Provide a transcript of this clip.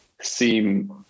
seem